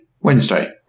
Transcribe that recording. Wednesday